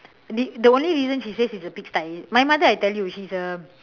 the the only reason she says it's a pig sty my mother I tell you she's a